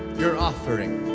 your offering.